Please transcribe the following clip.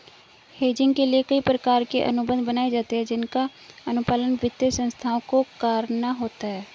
hedging के लिए कई प्रकार के अनुबंध बनाए जाते हैं जिसका अनुपालन वित्तीय संस्थाओं को करना होता है